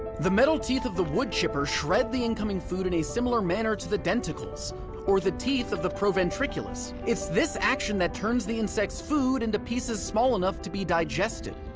the metal teeth of the woodchipper shred the incoming food in a similar manner to the denticles or the teeth of the proventriculus. it's this action that turns the insect's food into pieces small enough to be digested.